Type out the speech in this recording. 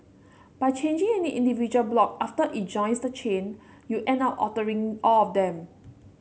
by changing any individual block after it joins the chain you'll end up altering all of them